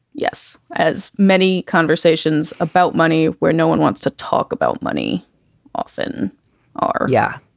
yes. as many conversations about money where no one wants to talk about money often ah, yeah,